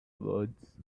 words